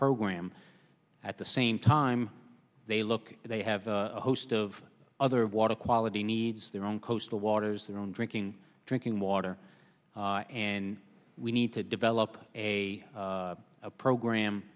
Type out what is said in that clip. program at the same time they look they have a host of other water quality needs their own coastal waters their own drinking drinking water and we need to develop a program